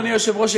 אדוני היושב-ראש,